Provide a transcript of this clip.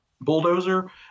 bulldozer